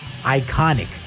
iconic